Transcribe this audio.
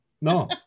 No